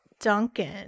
Duncan